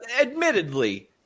Admittedly